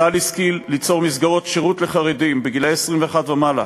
צה"ל השכיל ליצור מסגרות שירות לחרדים גילאי 21 ומעלה,